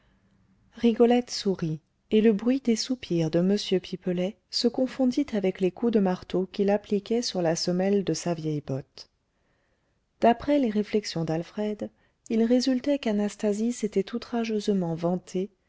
rigolette sourit et le bruit des soupirs de m pipelet se confondit avec les coups de marteau qu'il appliquait sur la semelle de sa vieille botte d'après les réflexions d'alfred il résultait qu'anastasie s'était outrageusement vantée